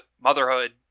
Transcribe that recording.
motherhood